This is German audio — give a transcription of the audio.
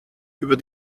über